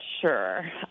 sure